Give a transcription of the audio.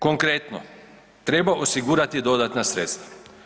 Konkretno, treba osigurati dodatna sredstva.